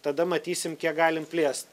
tada matysim kiek galim plėst